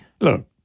Look